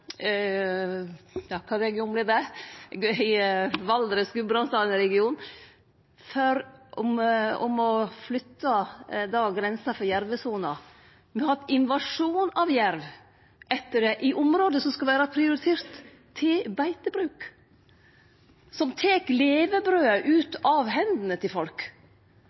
har hatt invasjon av jerv etter det, i område som skal vere prioriterte til beitebruk, og det tek levebrødet ut av hendene til folk.